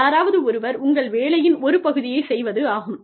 யாராவது ஒருவர் உங்கள் வேலையின் ஒரு பகுதியை செய்வது ஆகும்